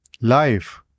life